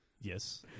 Yes